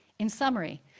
in summary,